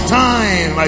time